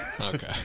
Okay